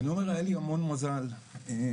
אני רוצה עוד לומר גם על הנושא של אשפוזים.